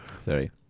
Sorry